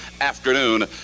afternoon